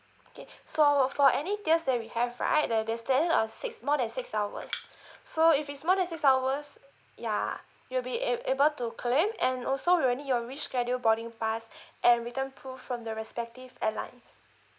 okay so for any tiers that we have right there's be extension of six more than six hours so if it's more than six hours ya you'll be ab~ able to claim and also we'll need your reschedule boarding pass and return proof from the respective airline